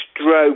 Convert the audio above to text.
Stroke